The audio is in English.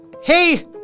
hey